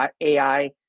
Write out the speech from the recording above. AI